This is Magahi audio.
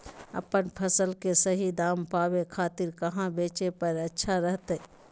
अपन फसल के सही दाम पावे खातिर कहां बेचे पर अच्छा रहतय?